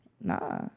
Nah